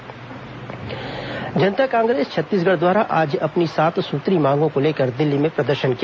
जकांछ प्रदर्शन जनता कांग्रेस छत्तीसगढ़ द्वारा आज अपनी सात सूत्रीय मांगों को लेकर दिल्ली में प्रदर्शन किया